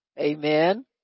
Amen